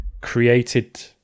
created